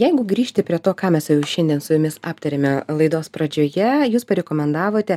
jeigu grįžti prie to ką mes šiandien su jumis aptarėme laidos pradžioje jūs rekomendavote